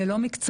זה לא מקצועי,